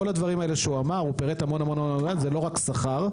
כל הדברים האלה שהוא אמר הוא פירט המון-המון זה לא רק שכר,